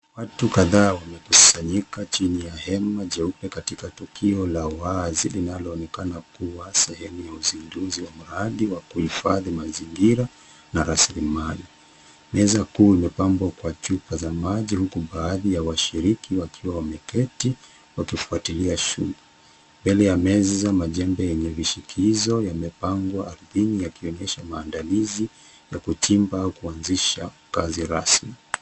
Watu kadhaa wamekusanyika chini ya hema jeupe katika tukio la wazi linaloonekana kuwa sehemu ya uzinduzi wa mradi wa kuhifadhi mazingira na rasilimali. Meza kuu imepambwa kwa chupa za maji huku baadhi ya washiriki wakiwa wameketi wakifuatilia shughuli. Nbele ya meza majembe yenye vishikizo yamepangwa chini yakiendesha maandalizi ya kuchimba kuanzisha kazi.